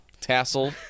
tassel